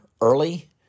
early